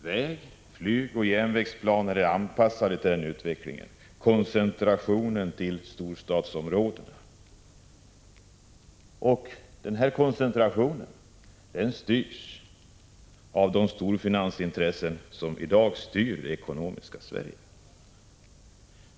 Väg-, flygoch järnvägsplaner är anpassade till den utvecklingen — koncentrationen till storstadsområdena. Denna koncentration dirigeras av de storfinansintressen som i dag styr ekonomin i Sverige.